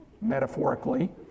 metaphorically